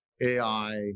AI